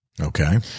Okay